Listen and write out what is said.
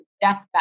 deathbed